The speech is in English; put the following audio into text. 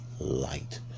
light